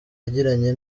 yagiranye